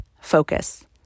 focus